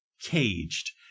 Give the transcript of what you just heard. Caged